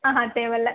ஆஹான் தேவையில்ல